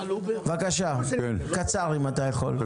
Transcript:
בבקשה, קצר אם אתה יכול.